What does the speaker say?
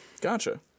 gotcha